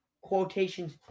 quotations